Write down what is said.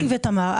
אסתי ותמר,